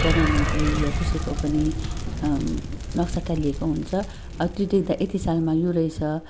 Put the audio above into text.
प्रधानमन्त्री या कसैको पनि नक्सा टाँसिएको हुन्छ अँ त्यो देख्दा यति सालमा यो रहेछ